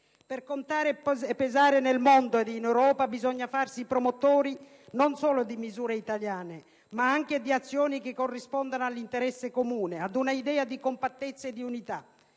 Per contare e pesare nel mondo ed in Europa bisogna farsi promotori non di sole misure italiane, ma anche di azioni che corrispondano all'interesse comune, ad una idea di compattezza e di unità.